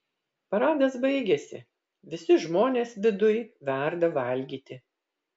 paradas baigėsi visi žmonės viduj verda valgyti